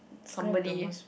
somebody